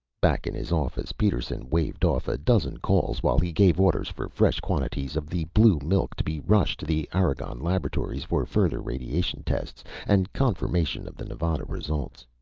back in his office, peterson waved off a dozen calls while he gave orders for fresh quantities of the blue milk to be rushed to the argonne laboratories for further radiation tests and confirmation of the nevada results.